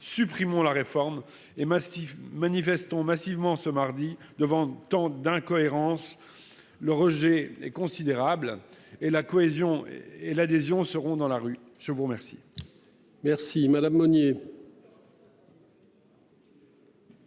Supprimons la réforme est massif manifestons massivement ce mardi devant tant d'incohérences. Le rejet est considérable et la cohésion et l'adhésion seront dans la rue, je vous remercie.